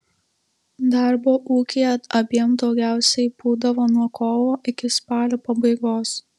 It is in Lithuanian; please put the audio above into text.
darbo ūkyje abiem daugiausiai būdavo nuo kovo iki spalio pabaigos